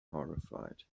horrified